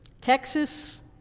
Texas